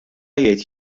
jgħid